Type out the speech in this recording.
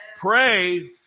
Pray